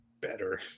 better